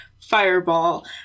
fireball